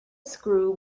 screw